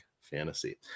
fantasy